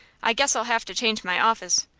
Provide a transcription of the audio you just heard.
i guess i'll have to change my office,